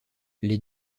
les